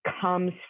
comes